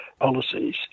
policies